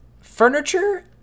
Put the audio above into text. furniture